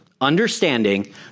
Understanding